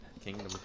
Kingdom